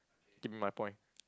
give me my point